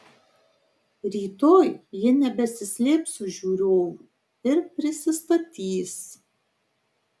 rytoj ji nebesislėps už žiūronų ir prisistatys